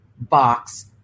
box